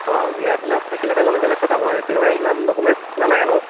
অঁ জীয়াই তেনে থাকিলে তেনেহ'লে বেলেগ কথা বাৰু তেতিয়া বাৰু ইমান ডকুমেণ্টছ নালাগে বাৰু